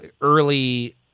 early